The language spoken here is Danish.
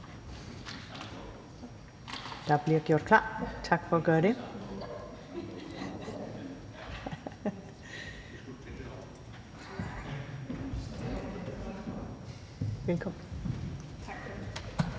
Tak for ordet.